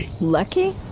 lucky